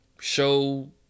show